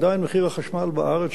עדיין מחיר החשמל בארץ,